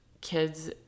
kids